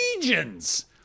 legions